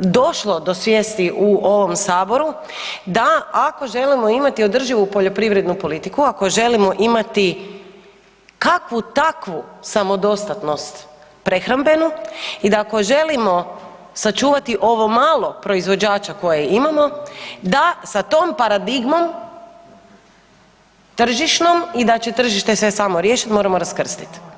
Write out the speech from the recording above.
došlo do svijesti u ovom saboru da ako želimo imati održivu poljoprivrednu politiku, ako želimo imati kakvu takvu samodostatnost prehrambenu i da ako želimo sačuvati ovo malo proizvođača koje imamo da sa tom paradigmom tržišnom i da će tržište sve samo riješit moramo raskrstit.